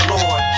Lord